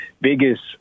biggest